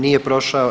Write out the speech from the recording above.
Nije prošao.